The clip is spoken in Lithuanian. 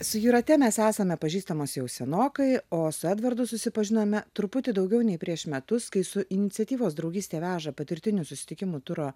su jūrate mes esame pažįstamos jau senokai o su edvardu susipažinome truputį daugiau nei prieš metus kai su iniciatyvos draugystė veža patirtinių susitikimų turo